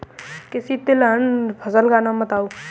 किसी तिलहन फसल का नाम बताओ